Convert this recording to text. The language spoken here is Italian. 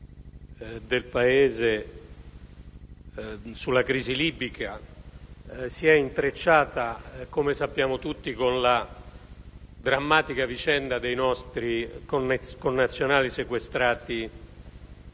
relazione alla crisi libica si intreccia, come sappiamo tutti, con la drammatica vicenda dei nostri connazionali sequestrati